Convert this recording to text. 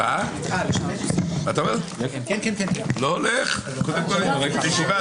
הישיבה ננעלה בשעה 15:00.